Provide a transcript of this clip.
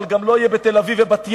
אבל גם לא יהיה בתל-אביב ובת-ים,